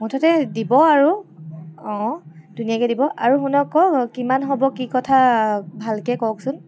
মুঠতে দিব আৰু অ' ধুনীয়াকৈ দিব আৰু শুনক অ' কিমান হ'ব কি কথা ভালকৈ কওকচোন